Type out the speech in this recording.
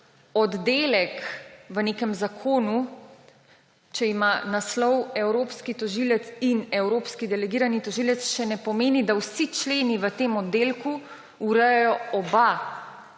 oddelek v nekem zakonu, če ima naslov Evropski tožilec in evropski delegirani tožilec, še ne pomeni, da vsi členi v tem oddelku urejajo oba